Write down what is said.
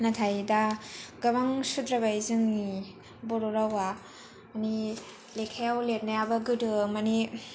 नाथाय दा गोबां सुद्रायबाय जोंनि बर' रावआ मानि लेखायाव लिरनायाबो गोदो मानि